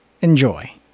enjoy